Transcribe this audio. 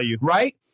right